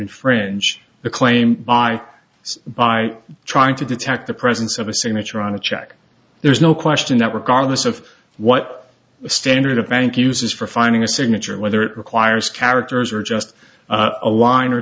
infringe the claim by by trying to detect the presence of a signature on a check there's no question that regardless of what standard a bank uses for finding a signature whether it requires characters or just a line or